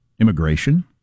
immigration